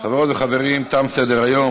חברות וחברים, תם סדר-היום.